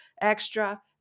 extra